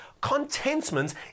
contentment